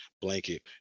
blanket